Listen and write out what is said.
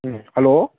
ꯎꯝ hello